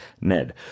NED